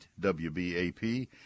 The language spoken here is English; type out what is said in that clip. WBAP